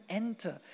enter